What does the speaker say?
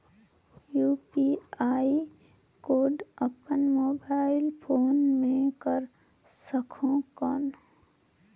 UPI code अपन mobile phone मे कर सकहुं कौन?